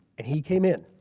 and he came in